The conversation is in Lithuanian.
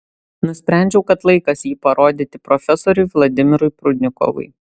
nusprendžiau kad laikas jį parodyti profesoriui vladimirui prudnikovui